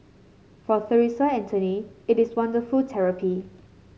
for Theresa it is wonderful therapy